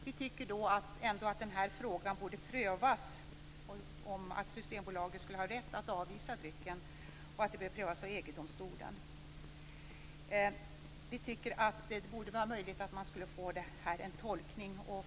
Vi tycker ändå att EG-domstolen borde pröva om Systembolaget har rätt att ta bort drycken från sitt sortiment. Det borde vara möjligt att få en tolkning här.